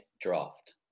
draft